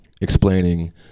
explaining